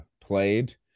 played